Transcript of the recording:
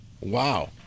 Wow